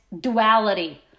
duality